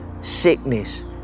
sickness